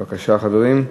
בבקשה, חברים.